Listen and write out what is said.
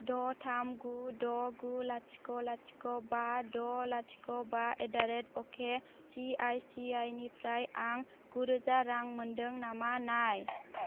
द' थाम गु द' गु लाथिख' लाथिख बा द' लाथिख' बा एट दा रेट अके सि आइ सि आइ निफ्राय निफ्राय आं गुरोजा रां मोन्दों नामा नाय